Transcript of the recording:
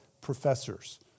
professors